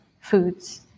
foods